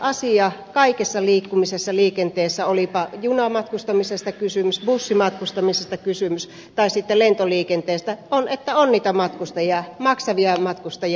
avainasia kaikessa liikkumisessa liikenteessä olipa junamatkustamisesta bussimatkustamisesta tai sitten lentoliikenteestä kysymys on se että on niitä matkustajia maksavia matkustajia